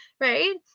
right